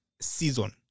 season